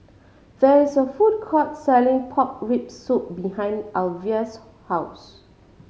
there is a food court selling pork rib soup behind Alvia's house